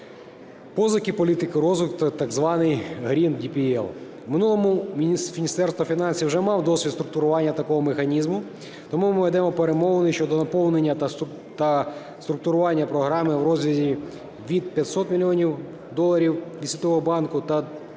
позики політики розвитку так званий green DPL. В минулому Міністерство фінансів вже мало досвід структурування такого механізму, тому ми ведемо перемовини щодо наповнення та структурування програми в розрізі від 500 мільйонів доларів від Світового банку, та